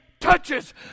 touches